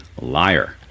liar